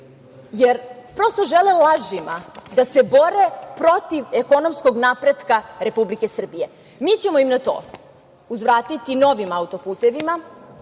jer, prosto žele lažima da se bore protiv ekonomskog napretka Republike Srbije. Mi ćemo im na to uzvratiti novim autoputevima,